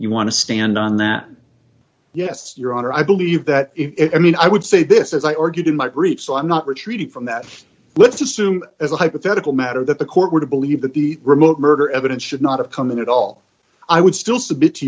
you want to stand on that yes your honor i believe that it i mean i would say this as i argued in my brief so i'm not retreating from that let's assume as a hypothetical matter that the court were to believe that the remote murder evidence should not have come in at all i would still submit to